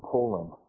Poland